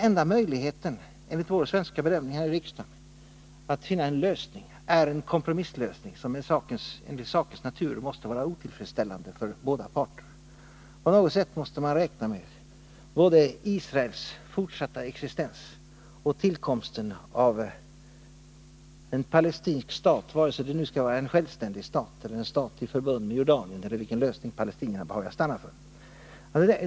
Enligt vår bedömning här i riksdagen är det enda möjliga att försöka finna en kompromisslösning, som enligt sakens natur måste vara otillfredsställande för båda parter. På något sätt måste man räkna med både Israels fortsatta existens och tillkomsten av en palestinsk stat, vare sig det nu skall vara en självständig stat eller en stat i förbund med Jordanien — eller vilken lösning palestinierna nu behagar stanna för.